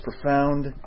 profound